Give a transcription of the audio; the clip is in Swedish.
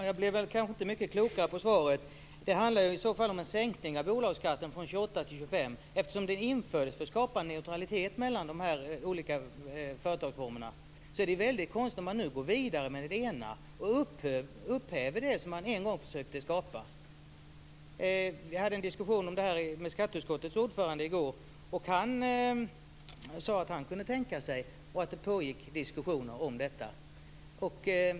Fru talman! Jag blev kanske inte mycket klokare av svaret. Det handlar i så fall om en sänkning av bolagsskatten från 28 % till 25 %. Eftersom den infördes för att skapa neutralitet mellan de olika företagsformerna är det mycket konstigt att man nu går vidare och upphäver det som man en gång försökte skapa. Vi hade en diskussion om detta med skatteutskottets ordförande i går, och han sade att han kunde tänka sig detta och att det pågick diskussioner om det.